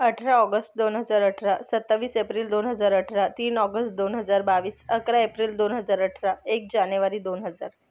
अठरा ऑगस्ट दोन हजार अठरा सत्तावीस एप्रिल दोन हजार अठरा तीन ऑगस्ट दोन हजार बावीस अकरा एप्रिल दोन हजार अठरा एक जानेवारी दोन हजार